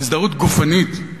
הזדהות גופנית,